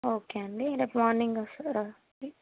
okay అండి రేపు morning వస్తారా అండి